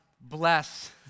bless